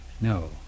No